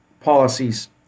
policies